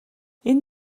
энэ